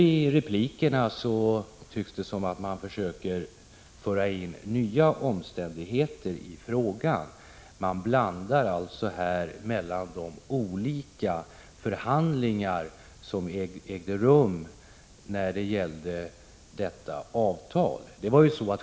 I replikerna försöker de nu föra in nya omständigheter i frågan och blandar de olika förhandlingar som ägde rum om detta avtal.